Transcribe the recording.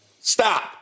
Stop